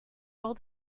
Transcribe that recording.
all